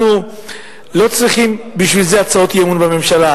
אנחנו לא צריכים לזה הצעות אי-אמון בממשלה,